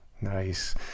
Nice